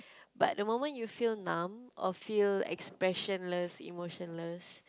but the moment you feel numb or feel expressionless emotionless